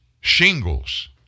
Shingles